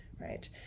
Right